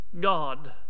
God